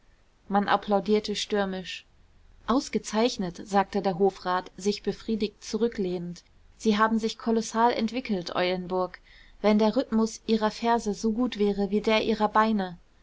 man applaudierte stürmisch ausgezeichnet sagte der hofrat sich befriedigt zurücklehnend sie haben sich kolossal entwickelt eulenburg wenn der rhythmus ihrer verse so gut wäre wie der ihrer beine